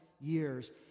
years